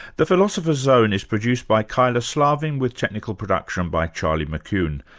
the philosopher's zone is produced by kyla slaven, with technical production by charlie mckune.